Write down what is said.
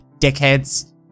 dickheads